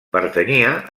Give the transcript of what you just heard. pertanyia